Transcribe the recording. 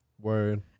Word